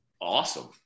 awesome